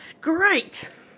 great